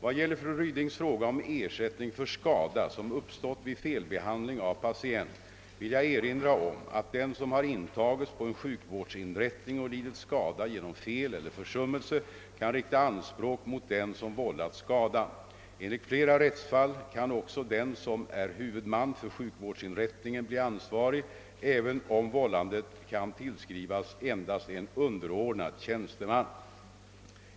Vad gäller fru Rydings fråga om ersättning för skada, som uppstått vid felbehandling av patient, vill jag erinra om att den som har intagits på en sjukvårdsinrättning och lidit skada genom fel eller försummelse kan rikta anspråk mot den som vållat skadan. Enligt flera rättsfall kan också den som är huvudman för sjukvårdsinrättningen bli ansvarig, även om vållandet kan tillskrivas endast en underordnad tjänsteman.